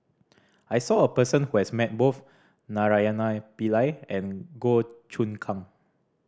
I saw a person who has met both Naraina Pillai and Goh Choon Kang